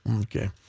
Okay